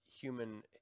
human